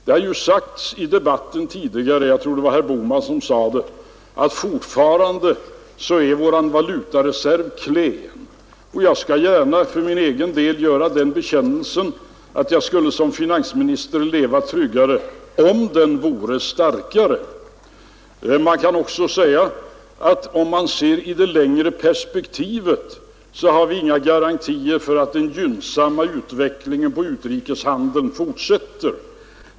Det har ju sagts tidigare i debatten — jag tror det var herr Bohman som sade det — att fortfarande är vår valutareserv klen, och jag skall gärna för min egen del göra den bekännelsen, att jag skulle som finansminister leva tryggare om valutareserven vore starkare. Det kan naturligtvis också sägas att i det längre perspektivet har vi inga garantier för att den gynnsamma utvecklingen i fråga om utrikeshandeln fortsätter.